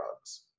drugs